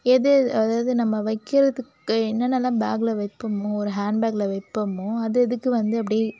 எதுதெது அதாவது நம்ம வைக்கிறதுக்கு என்னென்னலாம் பேக்கில் வைப்பமோ ஒரு ஹேன் பேக்கில் வைப்பமோ அது அதுக்கு வந்து அப்படிடே